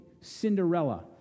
Cinderella